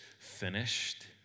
finished